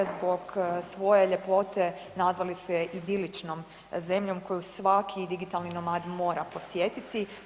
Zbog svoje ljepote nazvali su je idiličnom zemljom koju svaki digitalni nomad mora posjetiti.